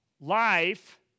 Life